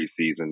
preseason